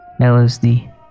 LSD